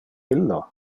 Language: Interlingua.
illo